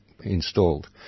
installed